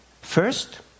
first